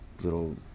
little